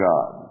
God